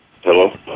Hello